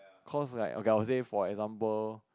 cause like okay I will say for example